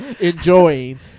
enjoying